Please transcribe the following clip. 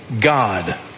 god